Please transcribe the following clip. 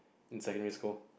in secondary school